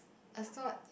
I thought